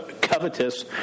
covetous